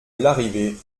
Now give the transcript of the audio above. larrivé